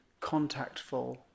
contactful